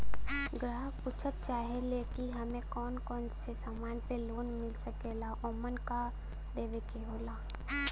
ग्राहक पुछत चाहे ले की हमे कौन कोन से समान पे लोन मील सकेला ओमन का का देवे के होला?